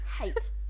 Hate